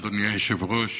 אדוני היושב-ראש,